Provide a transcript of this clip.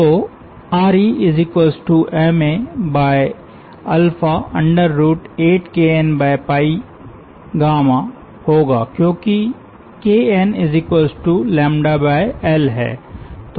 तो ReMa8Kn होगा क्योंकि KnL है